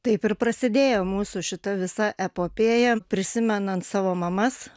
taip ir prasidėjo mūsų šita visa epopėja prisimenant savo mamas